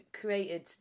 created